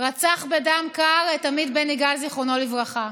רצח בדם קר את עמית בן יגאל, זיכרונו לברכה.